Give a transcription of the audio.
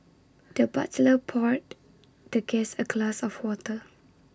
the butler poured the guest A glass of water